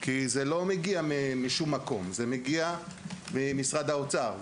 כי זה לא מגיע משום מקום, זה מגיע ממשרד האוצר.